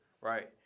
Right